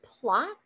plot